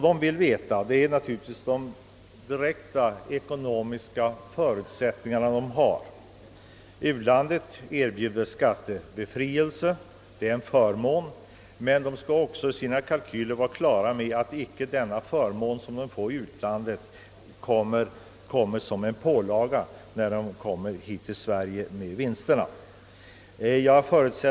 De vill veta vilka direkta ekonomiska förutsättningar som föreligger. U-landet erbjuder skattebefrielse, men företagen skall också vid uppgörandet av sina kalkyler ha klart för sig att den av u-landet sålunda lämnade förmånen icke återkommer som en pålaga i Sverige när vinsterna hemförts.